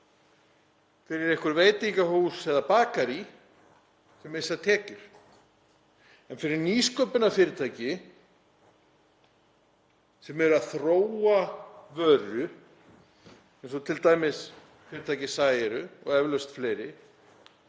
fyrir einhver veitingahús eða bakarí sem missa tekjur en fyrir nýsköpunarfyrirtæki sem eru að þróa vöru eins og t.d. fyrirtækið Sæeyru og eflaust fleiri,